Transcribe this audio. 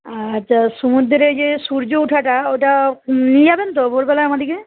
আচ্ছা সমুদ্রে গিয়ে সূর্য ওঠাটা ওটা নিয়ে যাবেন তো ভোরবেলায় আমাদেরকে